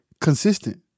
consistent